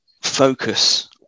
focus